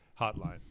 Hotline